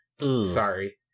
sorry